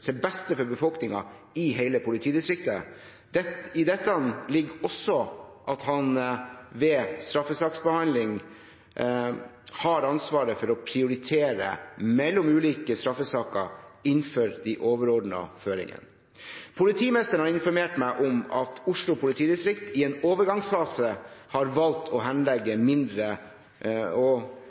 til beste for befolkningen i hele politidistriktet. I dette ligger også at han ved straffesaksbehandling har ansvaret for å prioritere mellom ulike straffesaker innenfor de overordnede føringene. Politimesteren har informert meg om at Oslo politidistrikt i en overgangsfase har valgt å henlegge mindre